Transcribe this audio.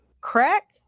Crack